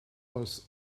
was